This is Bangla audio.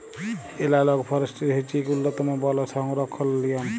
এলালগ ফরেসটিরি হছে ইক উল্ল্যতম বল সংরখ্খলের লিয়ম